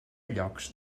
llocs